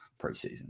preseason